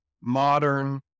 modern